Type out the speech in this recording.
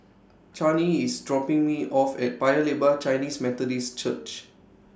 Chanie IS dropping Me off At Paya Lebar Chinese Methodist Church